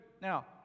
Now